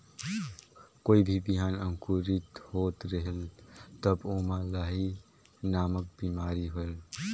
कोई भी बिहान अंकुरित होत रेहेल तब ओमा लाही नामक बिमारी होयल?